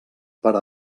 per